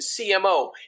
CMO